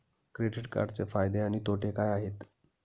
Credit कार्डचे फायदे आणि तोटे काय आहेत?